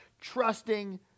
trusting